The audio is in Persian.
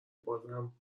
بازهم